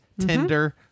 tender